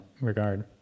regard